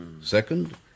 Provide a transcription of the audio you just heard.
Second